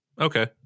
okay